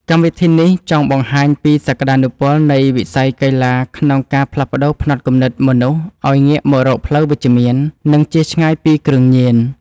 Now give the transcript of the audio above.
កម្មវិធីនេះចង់បង្ហាញពីសក្ដានុពលនៃវិស័យកីឡាក្នុងការផ្លាស់ប្តូរផ្នត់គំនិតមនុស្សឱ្យងាកមករកផ្លូវវិជ្ជមាន និងជៀសឆ្ងាយពីគ្រឿងញៀន។